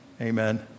Amen